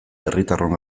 herritarron